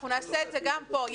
אנחנו נעשה את זה גם פה,